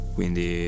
quindi